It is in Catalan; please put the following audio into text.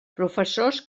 professors